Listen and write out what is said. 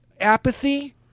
apathy